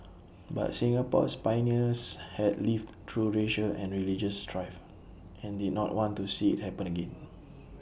but Singapore's pioneers had lived through racial and religious strife and did not want to see IT happen again